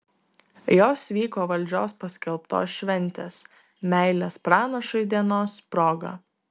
jos vyko valdžios paskelbtos šventės meilės pranašui dienos proga